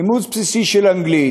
לימוד בסיסי של אנגלית,